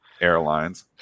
airlines